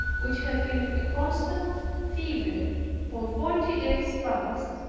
which had been a constant fever for forty days past,